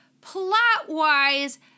Plot-wise